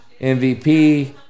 MVP